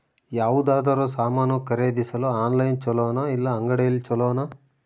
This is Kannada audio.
ಯಾವುದಾದರೂ ಸಾಮಾನು ಖರೇದಿಸಲು ಆನ್ಲೈನ್ ಛೊಲೊನಾ ಇಲ್ಲ ಅಂಗಡಿಯಲ್ಲಿ ಛೊಲೊನಾ?